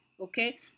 Okay